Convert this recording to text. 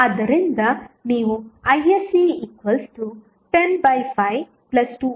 ಆದ್ದರಿಂದ ನೀವು isc1052ix 2 22